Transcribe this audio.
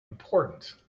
important